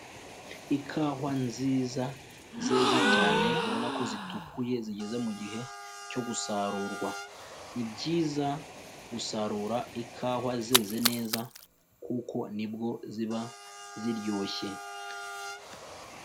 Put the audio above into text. Ikawa nziza zeze cyane ubona ko zitukuye zigeze mu gihe cyo gusarurwa, ni byiza gusarura ikawa zeze neza kuko nibwo ziba ziryoshye.